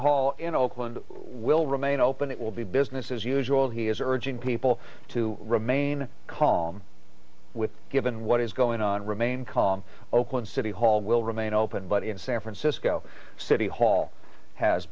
hall in oakland will remain open it will be business as usual he is urging people to remain calm with given what is going on remain calm oakland city hall will remain open but in san francisco city hall has